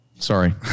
Sorry